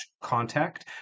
contact